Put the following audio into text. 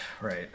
right